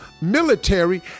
military